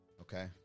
okay